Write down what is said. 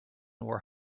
were